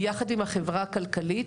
ביחד עם החברה הכלכלית,